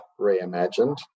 reimagined